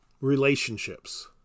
relationships